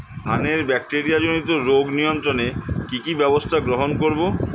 ধানের ব্যাকটেরিয়া জনিত রোগ নিয়ন্ত্রণে কি কি ব্যবস্থা গ্রহণ করব?